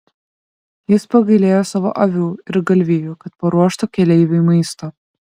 jis pagailėjo savo avių ir galvijų kad paruoštų keleiviui maisto